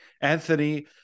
Anthony